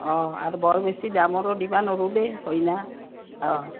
অঁ আৰু বৰ বেছি দামৰো দিবা নৰোঁ দেই হইনা অঁ